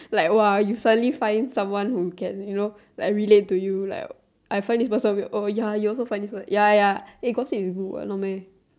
like !wah! you finally find someone who can you know like relate to you like I find this person weird oh ya you also find this person ya ya eh gossip is good what no meh